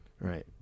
Right